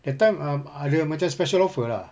that time um ada macam special offer lah